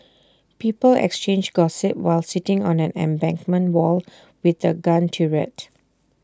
people exchanged gossip while sitting on an embankment wall with A gun turret